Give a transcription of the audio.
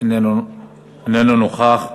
איננו נוכח,